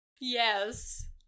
yes